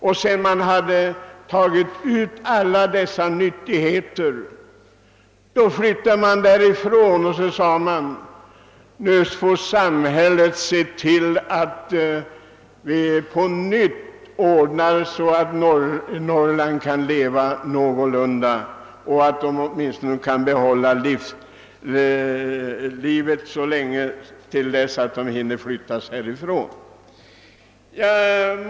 När man tagit ut alla dessa nyttigheter, flyttade man därifrån och sade: Nu får samhället se till att på nytt ordna så, att de som bor i Norrland kan leva kvar där eller att de åtminstone kan behålla livet tills de hinner flytta därifrån.